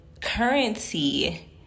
currency